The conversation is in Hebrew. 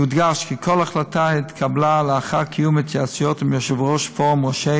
יודגש כי כל החלטה התקבלה לאחר קיום התייעצויות עם יושב-ראש פורום ראשי